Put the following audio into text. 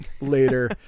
later